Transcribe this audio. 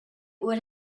would